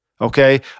Okay